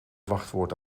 wachtwoord